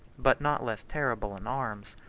but not less terrible in arms,